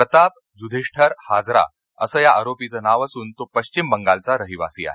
प्रताप जुदिष्ठर हाजरा असं या आरोपीचं नाव असून तो पश्चिम बंगालचा रहिवासी आहे